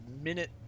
minute